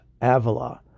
Avila